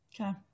Okay